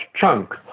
chunk